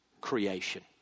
creation